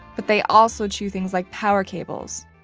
but they also chew things like power cables.